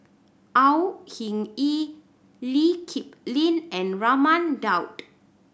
Au Hing Yee Lee Kip Lin and Raman Daud